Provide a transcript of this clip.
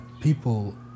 people